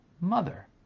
Mother